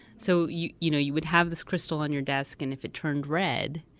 so you you know you would have this crystal on your desk, and if it turned red,